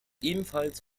ebenfalls